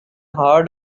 hard